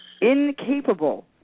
incapable